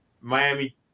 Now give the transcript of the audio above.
Miami